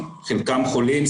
חלקם חולים,